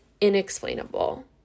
inexplainable